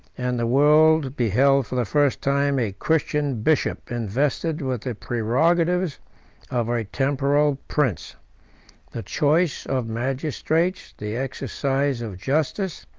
and the world beheld for the first time a christian bishop invested with the prerogatives of a temporal prince the choice of magistrates, the exercise of justice,